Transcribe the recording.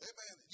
Amen